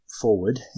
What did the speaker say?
forward